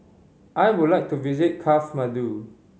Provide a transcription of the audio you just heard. I would like to visit Kathmandu